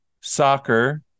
soccer